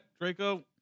Draco